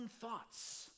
thoughts